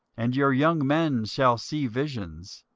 and your young men shall see visions,